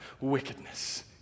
Wickedness